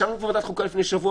ישבנו בוועדת החוקה לפני שבוע,